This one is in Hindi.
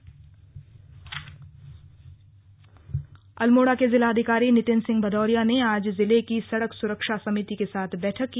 वाहन चेकिंग अल्मोड़ा के जिलाधिकारी नितिन सिंह भदौरिया ने आज जिले की सड़क सुरक्षा समिति के साथ बैठक की